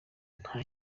nta